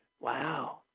Wow